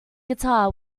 guitar